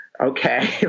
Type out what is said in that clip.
Okay